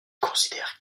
considère